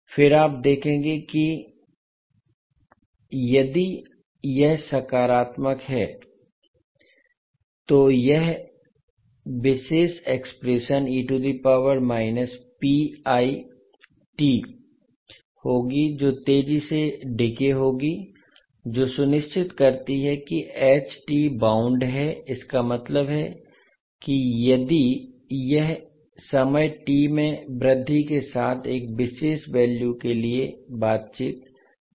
फिर आप देखेंगे कि यदि यह सकारात्मक है तो यह विशेष एक्सप्रेशन होगी जो तेजी से डिके होगी जो सुनिश्चित करती है कि बाउंड है इसका मतलब है कि यह समय t में वृद्धि के साथ एक विशेष वैल्यू के लिए बातचीत कर रहा है